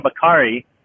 Bakari